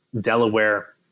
Delaware